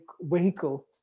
vehicle